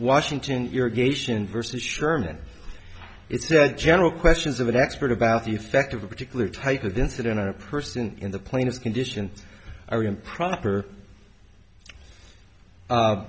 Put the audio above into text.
washington irrigation versus sherman it's the general questions of an expert about the effect of a particular type of incident on a person in the plaintiff's condition or improper